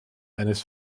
eines